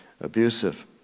abusive